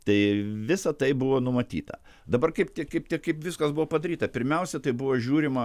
tai visa tai buvo numatyta dabar kaip tik kaip tik kaip viskas buvo padaryta pirmiausia tai buvo žiūrima